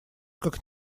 как